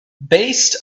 based